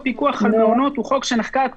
הרעיון בהכנסת הנושא הזה לחקיקה היה כדי